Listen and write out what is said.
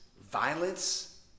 violence